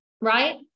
right